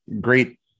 great